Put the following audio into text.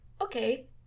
Okay